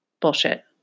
Bullshit